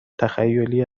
تخیلی